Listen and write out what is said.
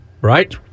Right